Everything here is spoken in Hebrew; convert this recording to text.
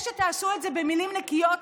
זה שתעשו את זה במילים נקיות,